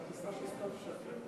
אתה על הכיסא של סתיו שפיר,